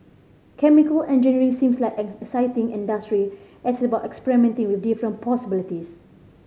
chemical engineering seems like an exciting industry as it's about experimenting with different possibilities